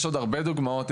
יש עוד הרבה דוגמאות.